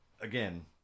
again